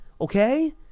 okay